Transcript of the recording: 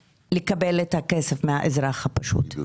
תמיד בסוף מוצאים את הבעיה במחשוב ובזה